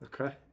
Okay